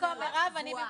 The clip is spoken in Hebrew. במקום יוראי.